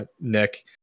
Nick